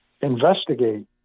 investigate